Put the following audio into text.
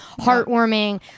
heartwarming